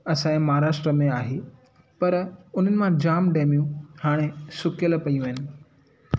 असांजे महाराष्ट्रा में आई पर उन्हनि मां जाम डेमियूं हाणे सुकियलु पियूं आहिनि